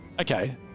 Okay